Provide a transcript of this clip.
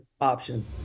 option